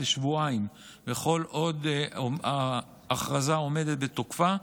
לשבועיים וכל עוד ההכרזה עומדת בתוקפה,